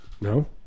No